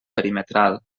perimetral